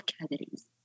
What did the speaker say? cavities